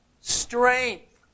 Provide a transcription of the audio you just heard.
strength